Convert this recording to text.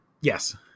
Yes